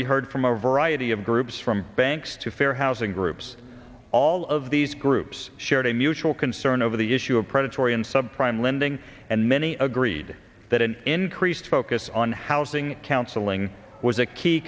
we heard from a variety of groups from banks to fair housing groups all of these groups shared a mutual concern over the issue of predatory and subprime lending and many agreed that an increased focus on housing counseling was a key